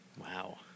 Wow